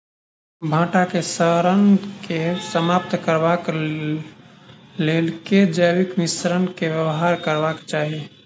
भंटा केँ सड़न केँ समाप्त करबाक लेल केँ जैविक मिश्रण केँ व्यवहार करबाक चाहि?